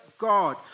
God